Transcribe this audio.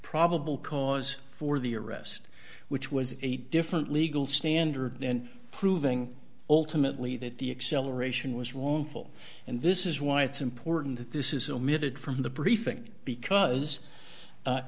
probable cause for the arrest which was a different legal standard than proving ultimately that the acceleration was wrongful and this is why it's important that this is omitted from the briefing because